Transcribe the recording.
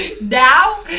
Now